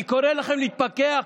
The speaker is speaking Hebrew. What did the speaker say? אני קורא לכם להתפכח.